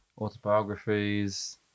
Autobiographies